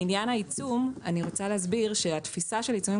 לעניין העיצום אני רוצה להסביר שהתפיסה של עיצומים